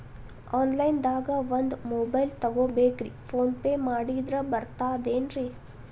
Online ದಾಗ ಒಂದ್ mobile ತಗೋಬೇಕ್ರಿ ಫೋನ್ ಪೇ ಮಾಡಿದ್ರ ಬರ್ತಾದೇನ್ರಿ?